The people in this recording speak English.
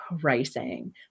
pricing